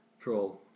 Troll